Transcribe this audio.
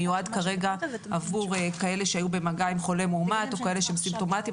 מיועד כרגע עבור כאלה שהיו במגע עם חולה מאומת או כאלה שהם סימפטומטיים,